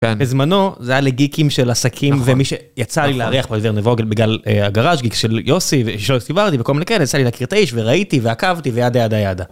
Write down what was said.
בזמנו זה היה לגיקים של עסקים ומי שיצא לי להריח פריזר נבוגל בגלל הגראז' גיק של יוסי ושיורק סטיברדי וכל מיני כאלה יצא לי לקראת איש וראיתי ועקבתי וידה ידה ידה.